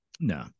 No